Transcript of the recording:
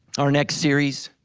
our next series